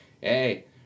hey